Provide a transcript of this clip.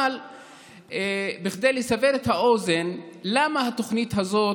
אבל בכדי לסבר את האוזן, למה התוכנית הזאת,